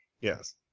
Yes